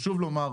חשוב לומר,